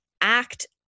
act